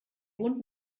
wohnt